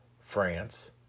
France